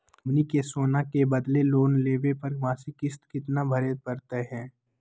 हमनी के सोना के बदले लोन लेवे पर मासिक किस्त केतना भरै परतही हे?